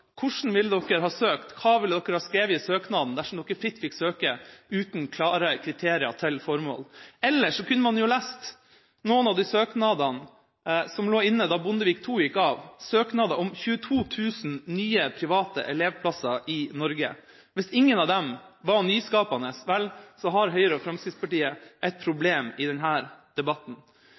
Hvordan ville dere ha søkt, og hva ville dere skrevet i søknaden dersom dere fikk søke fritt uten klare kriterier til formål? Eller man kunne lest noen av søknadene som lå inne da Bondevik II-regjeringa gikk av – søknadene om 22 000 nye private elevplasser i Norge. Hvis ingen av dem var nyskapende, har Høyre og Fremskrittspartiet et problem i denne debatten.